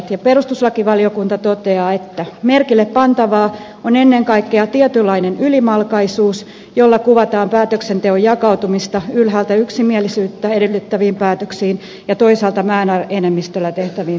perustuslakivaliokunta toteaa että merkille pantavaa on ennen kaikkea tietynlainen ylimalkaisuus jolla kuvataan päätöksenteon jakautumista yhtäältä yksimielisyyttä edellyttäviin päätöksiin ja toisaalta määräenemmistöllä tehtäviin päätöksiin